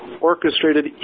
orchestrated